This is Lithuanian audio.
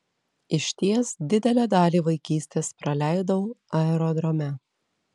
išties didelę dalį vaikystės praleidau aerodrome